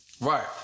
Right